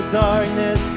darkness